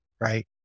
right